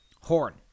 horn